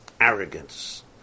arrogance